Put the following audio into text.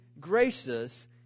gracious